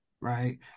right